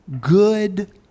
good